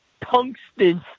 tungsten